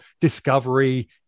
Discovery